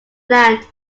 land